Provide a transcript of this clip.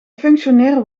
functioneren